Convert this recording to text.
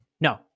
No